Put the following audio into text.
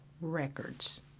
records